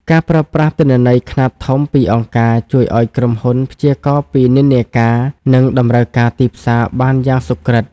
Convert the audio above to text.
ការប្រើប្រាស់ទិន្នន័យខ្នាតធំពីអង្គការ ជួយឱ្យក្រុមហ៊ុនព្យាករណ៍ពីនិន្នាការ និងតម្រូវការទីផ្សារបានយ៉ាងសុក្រឹត។